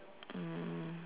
um